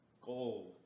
gold